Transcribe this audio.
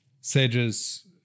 Sages